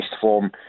form